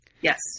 Yes